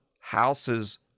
houses